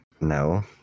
No